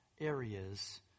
areas